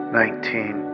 nineteen